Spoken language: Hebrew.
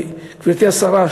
גברתי השרה,